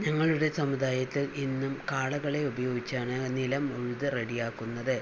ഞങ്ങളുടെ സമുദായത്തിൽ ഇന്നും കാളകളെ ഉപയോഗിച്ചാണ് നിലം ഉഴുതു റെഡിയാക്കുന്നത്